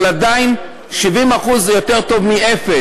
אבל עדיין 70% זה יותר טוב מאפס,